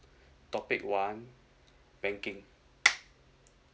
topic one banking